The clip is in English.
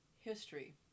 history